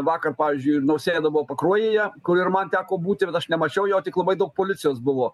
vakar pavyzdžiui ir nausėda buvo pakruojyje kur ir man teko būti bet aš nemačiau jo tik labai daug policijos buvo